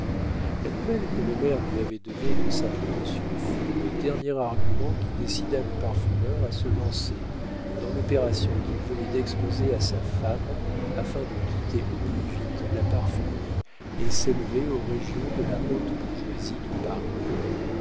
la nouvelle que le maire lui avait donnée de sa promotion fut le dernier argument qui décida le parfumeur à se lancer dans l'opération qu'il venait d'exposer à sa femme afin de quitter au plus vite la parfumerie et s'élever aux régions de la haute bourgeoisie de paris